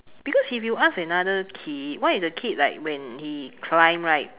because if you ask another kid what if the kid like when he climb right